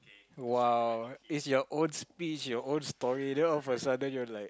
!wow! it's your own speech your own story then all of a sudden you're like